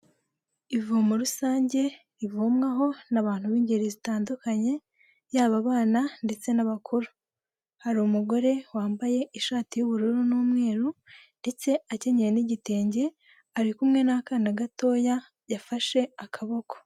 Ivomo rusange rivomwaho n'abantu b'ingeri zitandukanye yaba abana, ndetse n'abakuru hari umugore wambaye ishati y'ubururu n'umweru ndetse akenyeye n'igitenge ari kumwe n'akana gatoya yafashe akaboko.